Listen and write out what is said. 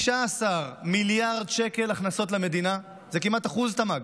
15 מיליארד שקל הכנסות למדינה, זה כמעט 1% תל"ג.